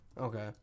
Okay